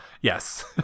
Yes